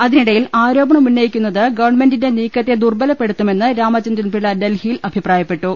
അതിനിടയിൽ ആരോപണം ഉന്നയിക്കുന്നത് ഗവൺമെന്റിന്റെ നീക്കത്തെ ദുർബലപ്പെടുത്തുമെന്ന് രാമചന്ദ്രൻപിള്ള ഡൽഹിയിൽ അഭിപ്രായപ്പെട്ടു